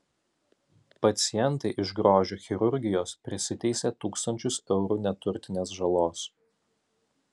pacientai iš grožio chirurgijos prisiteisė tūkstančius eurų neturtinės žalos